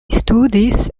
studis